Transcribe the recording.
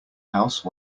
house